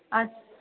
असं